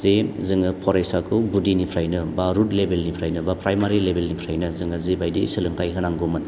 जे जोङो फरायसाखौ गुदिनिफ्रायनो बा रुत लेभेलनिफ्रायनो बा प्रायमारि लेभेलनिफ्रायनो जोङो जेबायदि सोलोंथाय होनांगौमोन